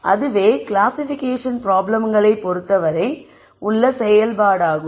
அதுவே கிளாசிஃபிகேஷன் பிராப்ளம்களை பொருத்தவரை உள்ள செயல்பாடாகும்